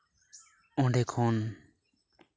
ᱚᱰᱮᱸ ᱠᱷᱚᱱ